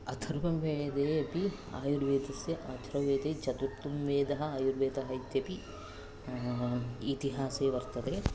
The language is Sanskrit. अथर्ववेदे अपि आयुर्वेदस्य अथर्ववेदे चतुर्थः वेदः आयुर्वेदः इत्यपि इतिहासे वर्तते